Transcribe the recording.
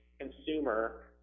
consumer